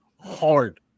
Hard